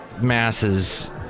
masses